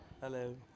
Hello